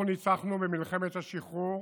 אנחנו ניצחנו במלחמת השחרור